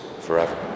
forever